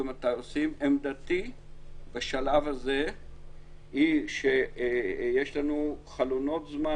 ועמדתי בשלב הזה היא שיש לנו חלונות זמן